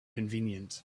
convenient